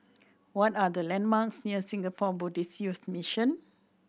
what are the landmarks near Singapore Buddhist Youth Mission